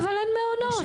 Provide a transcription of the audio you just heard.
אבל אין מעונות.